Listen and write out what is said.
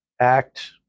act